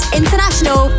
international